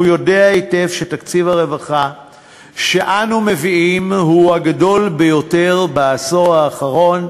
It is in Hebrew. הוא יודע היטב שתקציב הרווחה שאנו מביאים הוא הגדול ביותר בעשור האחרון.